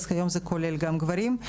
אז כיום זה כולל גם גברים.